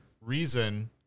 reason